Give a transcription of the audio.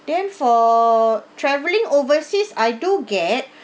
then for travelling overseas I do get